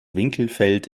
winkelfeld